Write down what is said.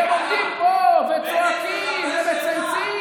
אתם עומדים פה וצועקים ומצייצים.